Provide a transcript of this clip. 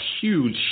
huge